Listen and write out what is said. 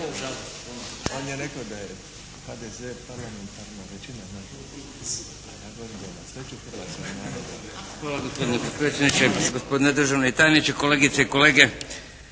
gospodine potpredsjedniče, gospodine državni tajniče, kolegice i kolege